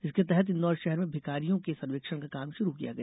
इसके तहत इंदौर शहर में भिखारियों के सर्वेक्षण का काम शुरु किया गया